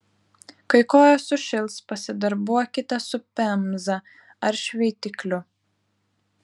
kai kojos sušils pasidarbuokite su pemza ar šveitikliu